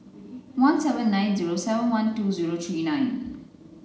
one seven nine zero seven one two zero three nine